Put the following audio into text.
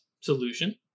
solution